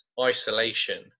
isolation